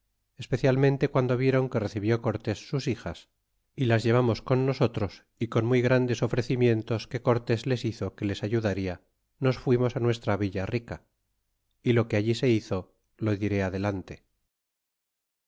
especialmente guando vieron que recibió cortés sus hijas y las llevamos con nosotros y con muy grandes ofrecimientos que cortés les hizo que les ayudaria nos fuimos nuestra villa rica y lo que allí se lizo lo diré adelante